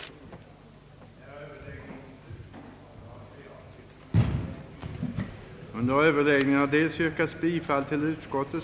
b) uttala, att samma målsättning borde gälla jämväl för samhällets fostrande och tillrättaförande verksamhet i övrigt.